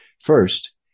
First